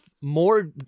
more